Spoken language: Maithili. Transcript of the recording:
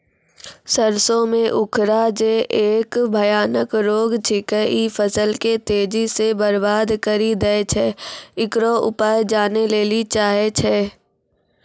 सरसों मे उखरा जे एक भयानक रोग छिकै, इ फसल के तेजी से बर्बाद करि दैय छैय, इकरो उपाय जाने लेली चाहेय छैय?